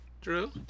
Drew